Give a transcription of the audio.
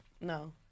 no